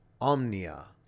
Omnia